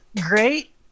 Great